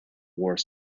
wars